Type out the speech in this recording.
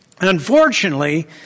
Unfortunately